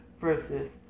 versus